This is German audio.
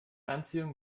anziehung